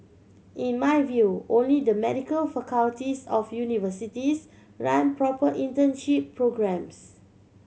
in my view only the medical faculties of universities run proper internship programmes